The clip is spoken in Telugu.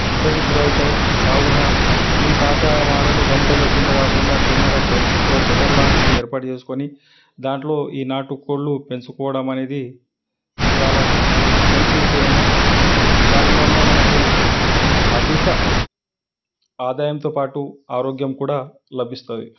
ఇబ్బంది గురి అవుతాయి కావున ఇవి పాత మాడలు గంపలు కింద కాకుండా చిన్నగా షెడ్ షట్టర్ లాంటివి ఏర్పాటు చేసుకొని దాంట్లో ఈ నాటుకోళ్ళు పెంచుకోవడం అనేది చాలా మంచి విషయము దాని వల్ల మనకు అధిక ఆదాయంతో పాటు ఆరోగ్యం కూడా లభిస్తుంది